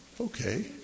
okay